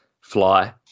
fly